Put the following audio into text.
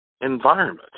environment